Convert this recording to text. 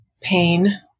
pain